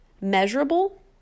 measurable